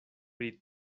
pri